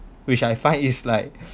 which I find is like